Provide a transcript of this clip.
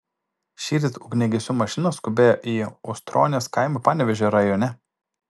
šįryt ugniagesių mašinos skubėjo į ustronės kaimą panevėžio rajone